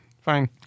fine